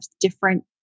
different